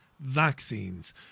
vaccines